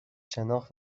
شناخت